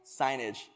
signage